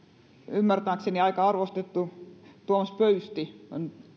ymmärtääkseni aika arvostettu tuomas pöysti on